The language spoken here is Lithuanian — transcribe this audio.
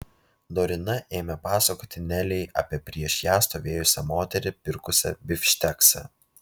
dorina ėmė pasakoti nelei apie prieš ją stovėjusią moterį pirkusią bifšteksą